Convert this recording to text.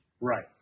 Right